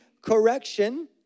correction